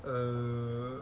err